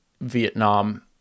Vietnam